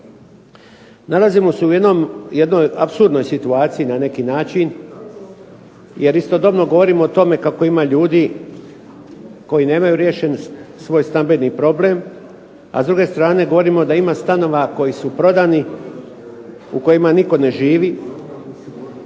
Nalazimo se u jednoj apsurdnoj situaciji na neki način, jer istodobno govorimo o tome kako ima ljudi koji nemaju riješen svoj stambeni problem, a s druge strane govorimo da ima stanova koji su prodani u kojima nitko ne živi